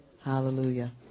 Hallelujah